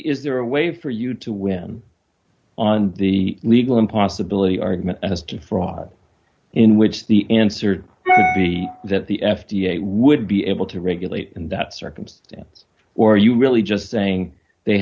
is there a way for you to win on the legal impossibility argument as to fraud in which the answer to the that the f d a would be able to regulate in that circumstance or you really just saying they